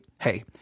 hey